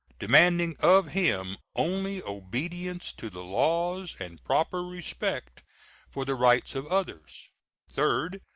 demanding of him only obedience to the laws and proper respect for the rights of others third,